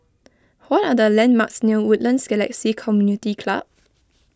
what are the landmarks near Woodlands Galaxy Community Club